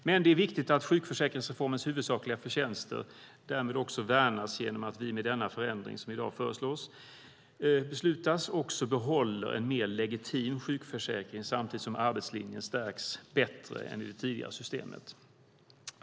Men det viktiga är att sjukförsäkringsreformens huvudsakliga förtjänster därmed också värnas genom att vi med den förändring som i dag föreslås beslutas också behåller en mer legitim sjukförsäkring samtidigt som arbetslinjen stärks bättre än i det tidigare systemet.